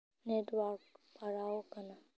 network ᱯᱟᱲᱟᱣᱟᱠᱟᱱᱟ